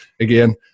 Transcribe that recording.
again